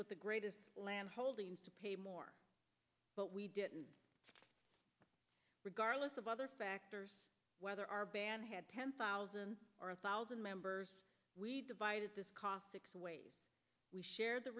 with the greatest land holdings to pay more regardless of other factors whether our band had ten thousand or a thousand members we divided this cost six ways we share the